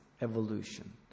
evolution